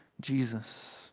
Jesus